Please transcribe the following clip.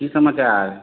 की समाचार